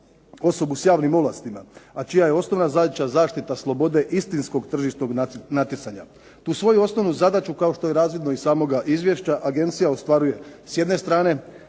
osobu s javnim ovlastima, a čija je osnovna zadaća zaštita slobode istinskog tržišnog natjecanja. Tu svoju osnovnu zadaću, kao što je razvidno iz samoga izvješća agencija ostvaruje s jedne strane